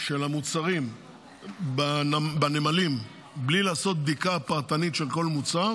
של המוצרים בנמלים בלי לעשות בדיקה פרטנית של כל מוצר,